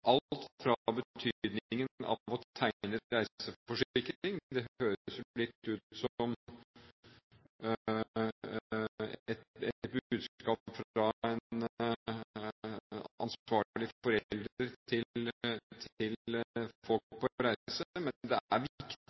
alt fra betydningen av å tegne reiseforsikring. Det høres jo litt ut som et budskap fra en ansvarlig forelder til folk på reise, men det er viktig at det budskapet blir sendt. Vi